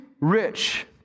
rich